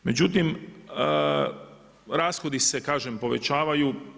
Međutim, rashodi se kažem povećavaju.